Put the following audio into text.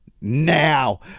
now